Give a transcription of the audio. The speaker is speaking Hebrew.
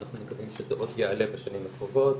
אנחנו מקווים שזה עוד יעלה בשנים הקרובות,